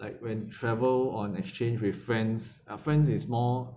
like when travel on exchange with friends uh friends is more